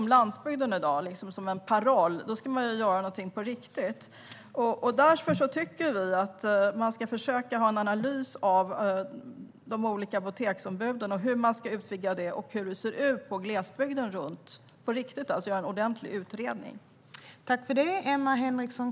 Om man ska tala om en service för hela landet ska man göra någonting på riktigt. Därför tycker vi att man ska försöka att göra en analys av de olika apoteksombuden, hur man ska utvidga detta och hur det ser ut i glesbygden. Man bör göra en ordentlig utredning.